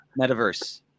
metaverse